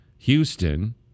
Houston